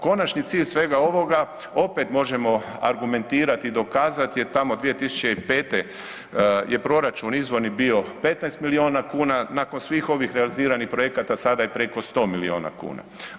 Konačni cilj svega ovoga, opet možemo argumentirati i dokazat je tamo 2005. je proračun izvorni bio 15 milijuna kuna, nakon svih ovih realiziranih projekata, sada je preko 1000 milijuna kuna.